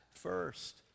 first